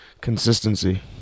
consistency